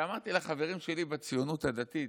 הרי אמרתי לחברים שלי בציונות הדתית: